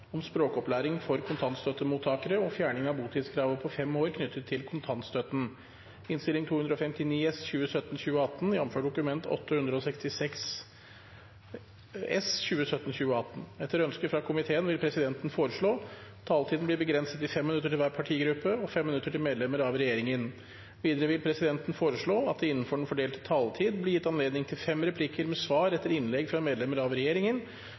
om ordet til sak nr. 5. Etter ønske fra familie- og kulturkomiteen vil presidenten foreslå at taletiden blir begrenset til 5 minutter til hver partigruppe og 5 minutter til medlemmer av regjeringen. Videre vil presidenten foreslå at det – innenfor den fordelte taletid – blir gitt anledning til fem replikker med svar etter innlegg fra medlemmer av regjeringen,